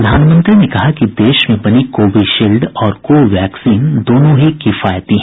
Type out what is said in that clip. प्रधानमंत्री ने कहा कि देश में बनी कोविशील्ड और कोवाक्सिन दोनों ही किफायती हैं